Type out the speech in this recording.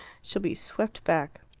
she'll be swept back.